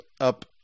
up